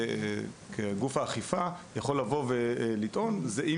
כגוף האכיפה יכול לטעון ולהתייחס אליו, זה רק